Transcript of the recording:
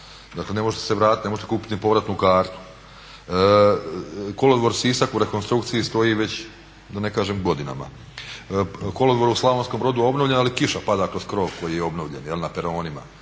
dakle ne možete se vratiti, ne možete kupiti ni povratnu kartu. Kolodvor Sisak u rekonstrukciji stoji već da ne kažem godinama. Kolodvor u Slavonskom Brodu obnovljen, ali kiša pada kroz krov koji je obnovljen, na peronima.